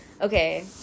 okay